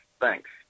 Thanks